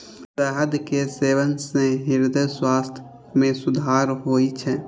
शहद के सेवन सं हृदय स्वास्थ्य मे सुधार होइ छै